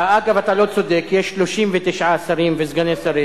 אגב, אתה לא צודק, יש 39 שרים וסגני שרים.